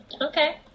Okay